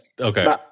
Okay